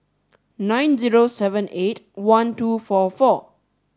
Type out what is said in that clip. nine zero seven eight one two four four